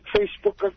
Facebook